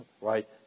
right